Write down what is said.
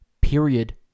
period